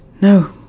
No